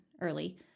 early